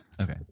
Okay